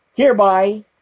Hereby